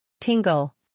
Tingle